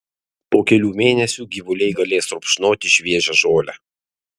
po kelių mėnesių gyvuliai galės rupšnoti šviežią žolę